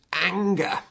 anger